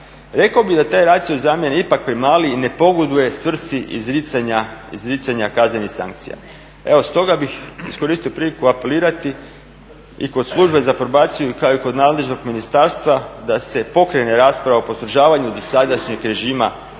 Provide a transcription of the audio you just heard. Rekao bih da taj racio zamjene je ipak premali i ne pogoduje svrsi izricanja kaznenih sankcija. Evo, stoga bih iskoristio priliku apelirati i kod Službe za probaciju kao i kod nadležnog ministarstva da se pokrene rasprava o postrožavanju dosadašnjeg režima od dva